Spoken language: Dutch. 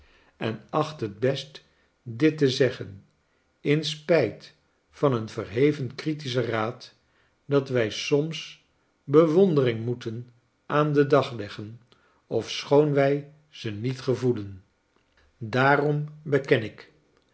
en acht het best dit te zeggen in spijt van een verheven critischen raad dat wij soms bewondering moeten aan den dag leggen ofschoon wij ze niet gevoelen daarom beken ik